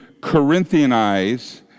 Corinthianize